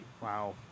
Wow